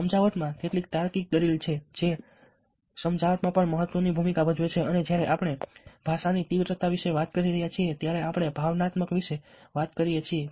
સમજાવટમાં જેટલી તાર્કિક દલીલ છે જે સમજાવટમાં પણ મહત્વપૂર્ણ ભૂમિકા ભજવે છે અને જ્યારે આપણે ભાષાની તીવ્રતા વિશે વાત કરીએ છીએ ત્યારે આપણે ભાવનાત્મક વિશે વાત કરીએ છીએ